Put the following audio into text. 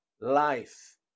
life